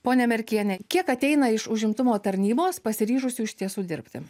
pone merkiene kiek ateina iš užimtumo tarnybos pasiryžusių iš tiesų dirbti